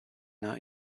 not